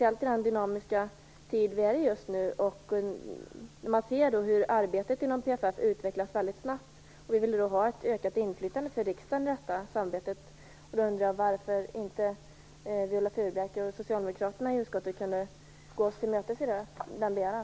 Med tanke på den dynamiska tid vi lever i och på att arbetet inom PFF utvecklas mycket snabbt vill vi att riksdagen skall ha ett ökat inflytande. Varför kunde inte Viola Furubjelke och socialdemokraterna gå oss till mötes i vår begäran?